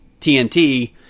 TNT